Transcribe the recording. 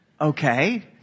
okay